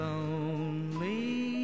Lonely